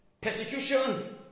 Persecution